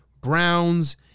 browns